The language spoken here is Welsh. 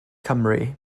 cymru